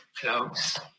close